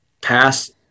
pass